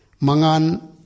mangan